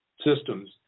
systems